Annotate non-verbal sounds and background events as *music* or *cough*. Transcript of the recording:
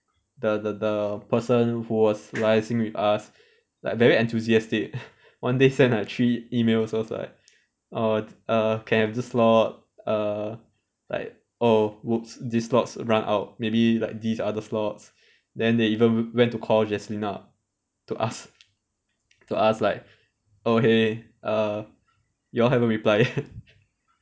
the the the person who was liaising with us like very enthusiastic *breath* one day send like three emails so was like uh err can have this slot err like oh !oops! these slots run out maybe like these other slots then they even went to call jaslyn up to ask to ask like oh hey err you all haven't reply yet *laughs*